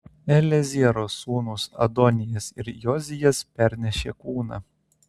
eliezero sūnūs adonijas ir jozijas pernešė kūną